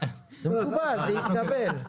זה התקבל.